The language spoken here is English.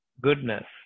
goodness